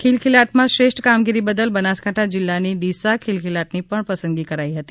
ખિલખિલાટમાં શ્રેષ્ઠ કામગીરી બદલ બનાસકાંઠા જિલ્લાની ડીસા ખિલખિલાટની પસંદગી કરાઇ હતી